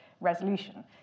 resolution